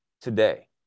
today